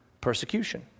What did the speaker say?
persecution